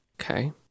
Okay